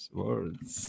words